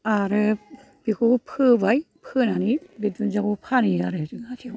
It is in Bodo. आरो बिखौबो फोबाय फोनानै बे दुन्दियाखौ फानहैयो आरो जों हाथायाव